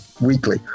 weekly